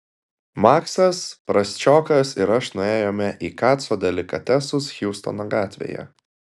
maksas prasčiokas ir aš nuėjome į kaco delikatesus hjustono gatvėje